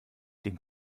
den